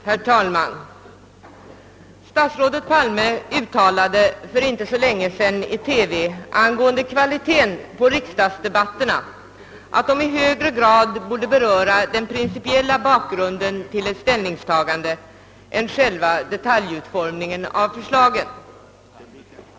Herr talman! Statsrådet Palme uttalade sig för inte länge sedan i TV om kvaliteten på riksdagsdebatterna och ansåg att de i högre grad borde beröra den principiella bakgrunden till ett ställningstagande än själva detaljutformningen av förslaget.